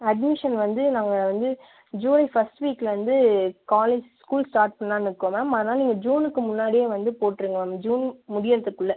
admission வந்து நாங்கள் வந்து ஜூலை ஃபர்ஸ்ட் வீக்கில வந்து காலேஜ் ஸ்கூல் ஸ்டார்ட் பண்ணலான்னு இருக்கோம் மேம் அதனால் நீங்கள் ஜூனுக்கு முன்னாடியே வந்து போட்டுருங்க மேம் ஜூன் முடியிறத்துக்குள்ளே